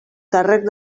càrrec